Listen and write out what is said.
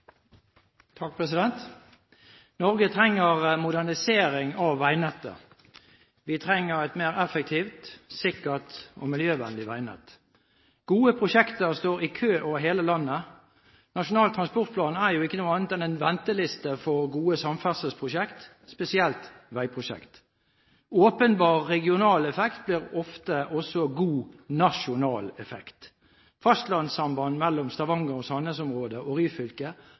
Norge trenger modernisering av veinettet; vi trenger et mer effektivt, sikkert og miljøvennlig veinett. Gode prosjekter står i kø over hele landet. Nasjonal transportplan er jo ikke noe annet enn en venteliste for gode samferdselsprosjekt, spesielt veiprosjekt. Åpenbar regional effekt blir ofte også god nasjonal effekt. Fastlandssamband mellom Stavanger/Sandnes-området og